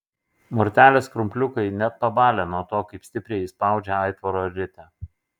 mortelės krumpliukai net pabalę nuo to kaip stipriai ji spaudžia aitvaro ritę